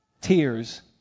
tears